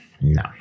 No